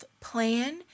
plan